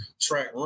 track